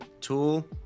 Tool